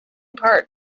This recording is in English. part